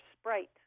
Sprite